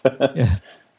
Yes